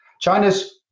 China's